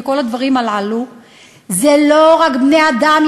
וכל הדברים הללו זה לא רק בני-אדם.